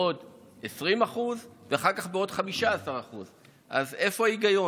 בעוד 20%, ואחר כך, בעוד 15%. אז איפה ההיגיון?